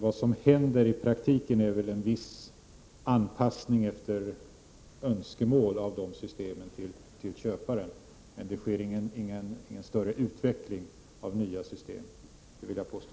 Vad som händer i praktiken är väl en viss anpassning av systemen efter köparens önskemål, men det sker inte någon omfattande utveckling av nya system — det vill jag påstå.